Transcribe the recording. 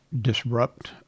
disrupt